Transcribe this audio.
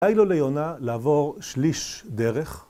‫די לו ליונה לעבור שליש דרך.